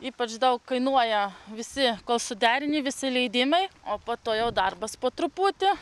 ypač daug kainuoja visi kol suderini visi leidimai o po to jau darbas po truputį